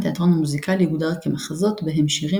התיאטרון המוזיקלי הוגדר כמחזות בהם שירים